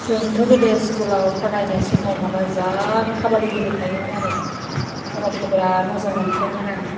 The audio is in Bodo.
जोंथ' गोदो स्कुलाव फरायनाय समाव माबा जा काबादि गेलेखायोमोन आरो काबादिखौ बिराद मोजां मोनखायोमोन आं